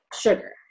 sugar